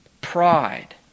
Pride